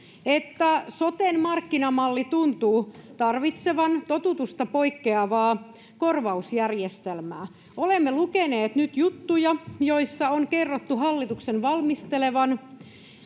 että soten markkinamalli tuntuu tarvitsevan totutusta poikkeavaa korvausjärjestelmää olemme lukeneet nyt juttuja joissa on kerrottu hallituksen valmistelevan